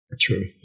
True